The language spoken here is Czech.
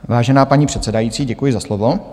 Vážená paní předsedající, děkuji za slovo.